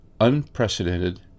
unprecedented